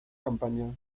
campaña